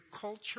culture